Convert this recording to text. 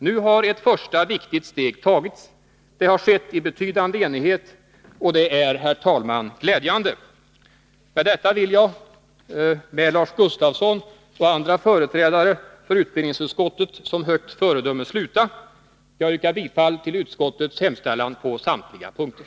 Nu har ett första viktigt steg tagits. Det har skett i betydande enighet — och det är, herr talman, glädjande. Jag vill till slut nämna Lars Gustafsson och andra företrädare som höga föredömen för utbildningsutskottet. Jag yrkar bifall till utskottets hemställan på samtliga punkter.